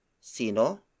Sino